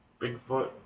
Bigfoot